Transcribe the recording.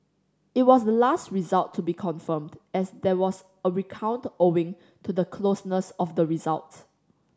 it was the last result to be confirmed as there was a recount owing to the closeness of the results